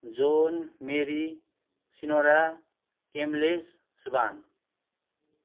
John मेरी सिनोरा केम्लेस शुभहाङ